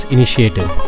Initiative